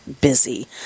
busy